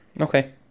Okay